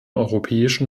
europäischen